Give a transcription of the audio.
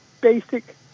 basic